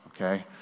okay